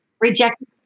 rejected